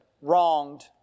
wronged